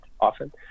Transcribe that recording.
often